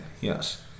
Yes